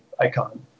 icon